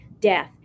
death